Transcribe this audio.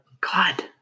God